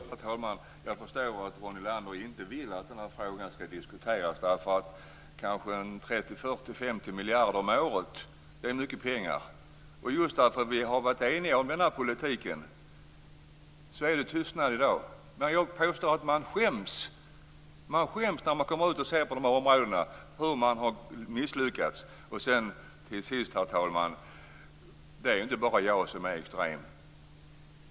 Herr talman! Jag förstår att Ronny Olander inte vill att den här frågan ska diskuteras. 30, 40 eller 50 miljarder kronor om året är mycket pengar. Just för att vi har varit så eniga om den här politiken är det tystnad i dag. Men jag påstår att man skäms. Man skäms när man kommer ut till de här områdena och ser hur man har misslyckats. Till sist, herr talman, är det inte bara jag som är extrem.